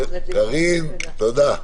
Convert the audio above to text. קארין, תודה.